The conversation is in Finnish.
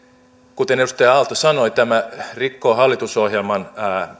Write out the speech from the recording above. kuten edustaja aalto sanoi tämä rikkoo hallitusohjelman